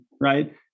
right